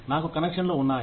నాకు కనెక్షన్లు ఉన్నాయి